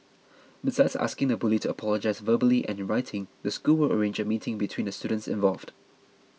besides asking the bully to apologise verbally and in writing the school will arrange a meeting between the students involved